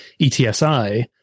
ETSI